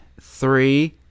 three